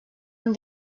amb